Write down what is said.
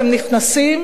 והם נכנסים,